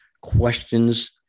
questions